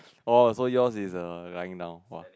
oh so yours is err lying down !wah!